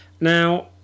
Now